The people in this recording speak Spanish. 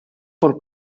por